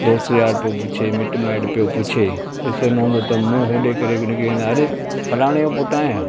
दोस्त यार पियो पुछे मिट माइट पियो पुछे पेसो न हूंदो त मूं होॾे करे बि रुकी वेंदा अरे फालाणे जो पुटु आहे